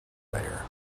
player